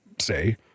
say